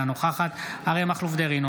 אינה נוכחת אריה מכלוף דרעי,